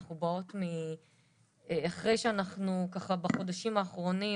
אנחנו באות אחרי שאנחנו בחודשים האחרונים